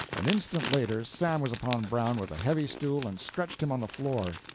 an instant later sam was upon brown with a heavy stool and stretched him on the floor.